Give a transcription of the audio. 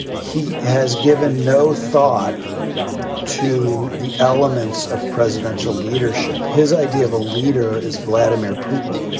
he has given no thought to the elements of presidential leadership. his idea of a leader is vladimir putin.